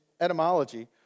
etymology